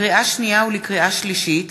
לקריאה שנייה ולקריאה שלישית: